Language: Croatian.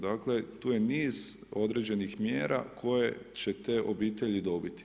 Dakle, tu je niz određenih mjera koje će te obitelji dobiti.